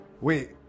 wait